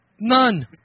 None